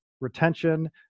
retention